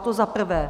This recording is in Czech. To zaprvé.